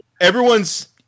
everyone's